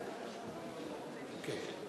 זחאלקה.